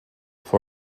for